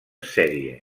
sèrie